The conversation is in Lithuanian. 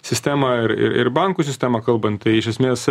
sistemą ir ir bankų sistemą kalbant tai iš esmės